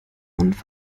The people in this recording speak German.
und